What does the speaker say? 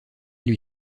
lui